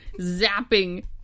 zapping